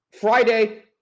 Friday